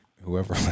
whoever